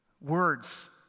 Words